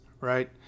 right